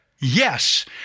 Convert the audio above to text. yes